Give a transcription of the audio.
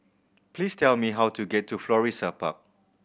please tell me how to get to Florissa Park